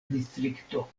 distrikto